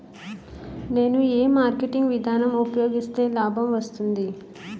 నేను ఏ మార్కెటింగ్ విధానం ఉపయోగిస్తే లాభం వస్తుంది?